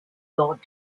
god